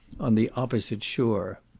on the opposite shore.